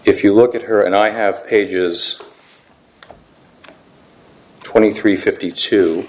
if you look at her and i have pages twenty three fifty two